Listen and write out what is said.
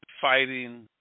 fighting